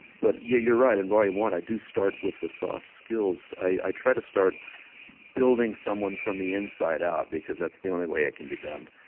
but yeah you are right, in volume i i do start with the soft skills, i try to start building someone from the inside out because that's the only way it can be done